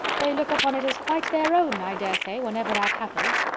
they look upon it as quite their own, i dare say, whenever that happens.